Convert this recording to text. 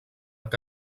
què